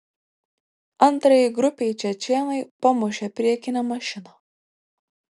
antrajai grupei čečėnai pamušė priekinę mašiną